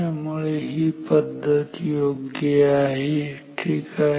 त्यामुळे ही पद्धत योग्य आहे ठीक आहे